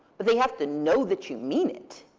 but they have to know that you mean it.